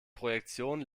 projektion